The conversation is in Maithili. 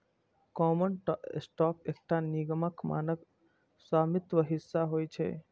कॉमन स्टॉक एकटा निगमक मानक स्वामित्व हिस्सा होइ छै